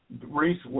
Reese